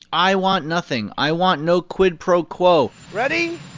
i want nothing. i want no quid pro quo ready?